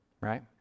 right